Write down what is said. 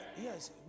Yes